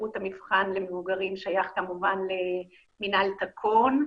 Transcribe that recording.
שירות המבחן למבוגרים שייך כמובן למינהל תקון,